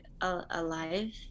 alive